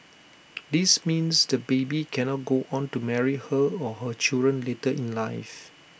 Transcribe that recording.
this means the baby cannot go on to marry her or her children later in life